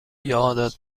یادت